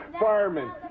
firemen